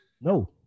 No